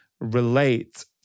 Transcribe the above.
relate